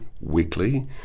weekly